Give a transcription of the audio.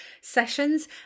sessions